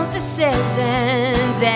decisions